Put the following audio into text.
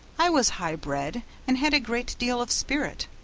i was high bred and had a great deal of spirit,